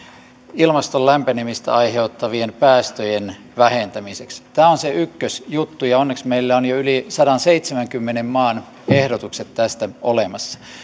ilmaston lämpenemistä aiheuttavien päästöjen vähentämiseksi tämä on se ykkösjuttu ja onneksi meillä on jo yli sadanseitsemänkymmenen maan ehdotukset tästä olemassa